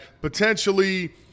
potentially